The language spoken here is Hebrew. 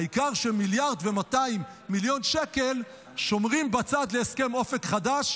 העיקר ששומרים בצד 1.2 מיליארד שקלים להסכם אופק חדש,